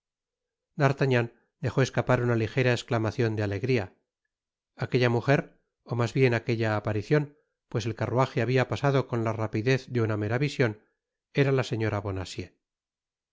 d'artagnan dejó escapar una i i jera exclamacion de alegría aquella mujer ó mas bien aquella aparicion pues el carruaje habia pasado con la rapidez de una mera vision era la señora